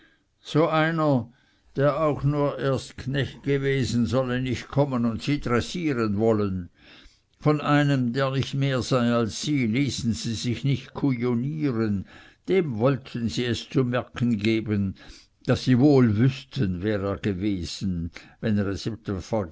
so einer der auch nur erst knecht gewesen solle nicht kommen und sie dressieren wollen von einem der nicht mehr sei als sie ließen sie sich nicht kujonieren dem wollten sie es zu merken geben daß sie wohl wüßten wer er gewesen wenn er es